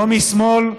לא משמאל,